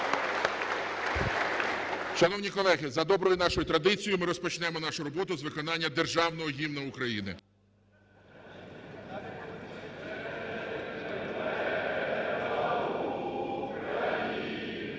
Шановні колеги, за доброю нашою традицією ми розпочнемо нашу роботу з виконання Державного Гімну Україну.